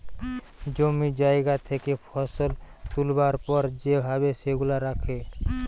জমি জায়গা থেকে ফসল তুলবার পর যে ভাবে সেগুলা রাখে